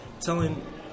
telling